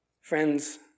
Friends